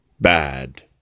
bad